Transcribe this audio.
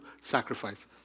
Sacrifice